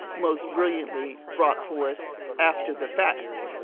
most brilliantly brought forth after the fact,